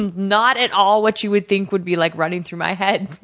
and not at all what you would think would be like running through my head,